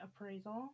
appraisal